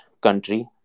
country